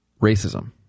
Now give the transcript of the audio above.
Racism